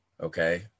Okay